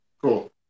Cool